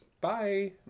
Bye